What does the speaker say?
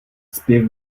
zpěv